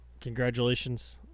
Congratulations